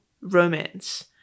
romance